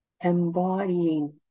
embodying